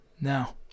Now